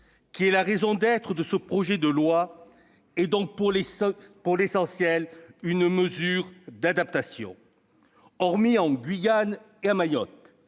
qui est la raison d'être de ce projet de loi, est donc, pour l'essentiel, une mesure d'adaptation. Hormis en Guyane et à Mayotte